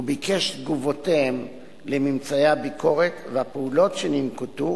וביקש את תגובותיהם על ממצאי הביקורת והפעולות שננקטו